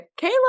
Kayla